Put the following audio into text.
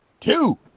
Two